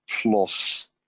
plus